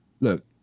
look